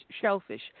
shellfish